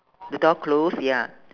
the door close ya